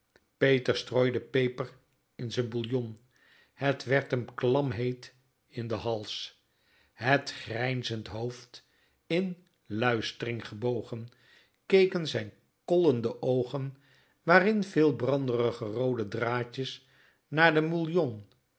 peter strooide peper in zijn bouillon het werd hem klamheet in den hals het grijzend hoofd in luistring gebogen keken zijn kollende oogen waarin veel brandrige roode draadjes naar de